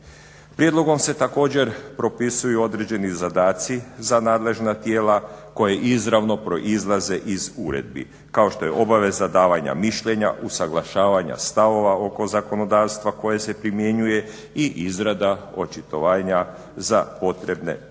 Prijedlogom se također propisuju određeni zadaci za nadležna tijela koji izravno proizlaze iz uredbi kao što je obaveza davanja mišljenja, usuglašavanja stavova oko zakonodavstva koje se primjenjuju i izrada očitovanja za potrebe sastanka